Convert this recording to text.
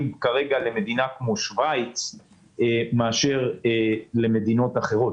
כרגע למדינה כמו שווייץ מאשר למדינות אחרות.